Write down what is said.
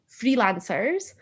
freelancers